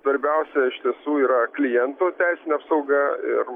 svarbiausia iš tiesų yra kliento teisinė apsauga ir